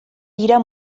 dira